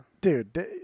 Dude